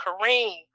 Kareem